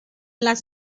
las